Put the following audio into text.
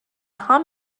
hom